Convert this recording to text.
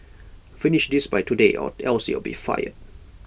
finish this by tomorrow or else you'll be fired